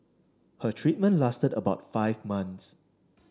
her treatment lasted about five months